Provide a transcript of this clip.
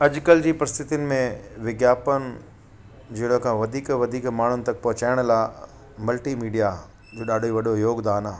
अॼकल्ह जी परिस्थितीनि में विज्ञापन जहिड़ा खां वधीक वधीक माण्हुनि तक पोहचायण लाइ मल्टी मीडिया जो ॾाढो वॾो योगदानु आहे